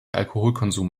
alkoholkonsum